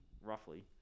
roughly